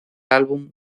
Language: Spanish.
álbum